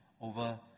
over